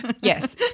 yes